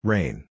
Rain